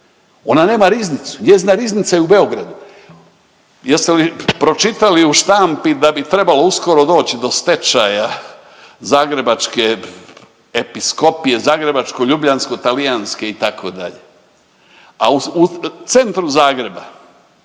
ona nema riznicu, njezina riznica je u Beogradu. Jeste li pročitali u štampi da bi trebalo uskoro doć do stečaja Zagrebačke episkopije zagrebačko-ljubljansko-talijanske itd., a u centru Zagreba